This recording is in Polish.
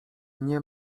nie